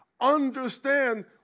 Understand